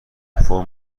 فرم